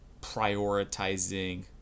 prioritizing